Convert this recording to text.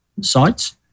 sites